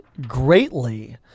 greatly